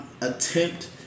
attempt